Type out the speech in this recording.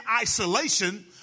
isolation